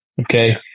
okay